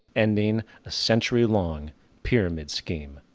ending a century long pyramid scheme.